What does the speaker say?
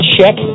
Check